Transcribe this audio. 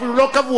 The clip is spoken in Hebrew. אפילו לא קבוע,